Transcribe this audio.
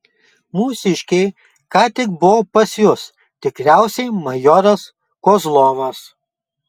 mūsiškiai ką tik buvo pas jus tikriausiai majoras kozlovas